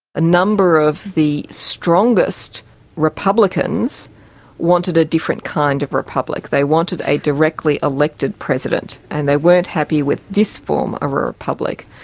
a number of the strongest republicans wanted a different kind of republic, they wanted a directly elected president and they weren't happy with this form of a republic.